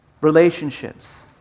relationships